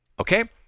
Okay